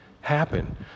happen